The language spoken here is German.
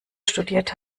studiert